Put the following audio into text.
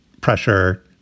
pressure